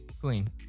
Clean